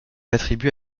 attribué